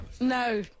No